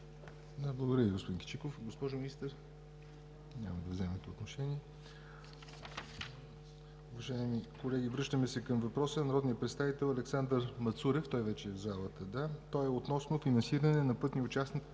Благодаря Ви, господин Кичиков. Госпожо Министър? Няма да вземете отношение. Уважаеми колеги, връщаме се към въпроса от народния представител Александър Мацурев. Вече е в залата. Той е относно финансиране на пътни участъци